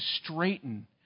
straighten